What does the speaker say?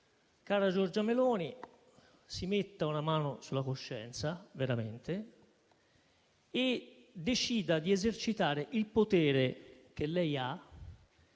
cara Giorgia Meloni, si metta una mano sulla coscienza, veramente, e decida di esercitare il potere, che lei ha,